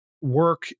work